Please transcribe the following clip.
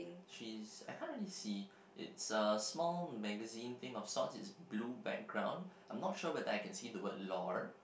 she's I can't really see it's a small magazine thing of sort it's blue background I'm not sure if I can see the word lore